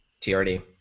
TRD